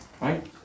Right